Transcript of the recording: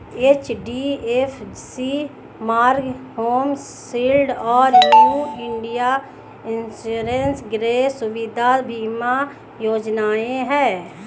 HDFC Ergo home shield और new India insurance गृह सुविधा बीमा योजनाएं हैं